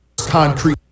...concrete